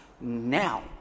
now